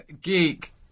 Geek